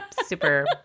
Super